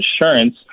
insurance